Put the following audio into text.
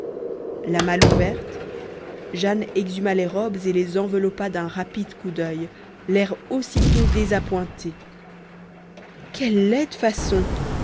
la malle ouverte jane exhuma les robes et les enveloppa d'un rapide coup d'oeil l'air aussitôt désappointée quelle laide façon